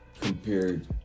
compared